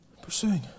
pursuing